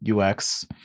UX